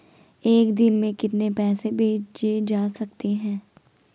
एक दिन में कितने पैसे भेजे जा सकते हैं?